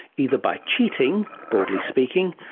either by cheating, broadly speaking,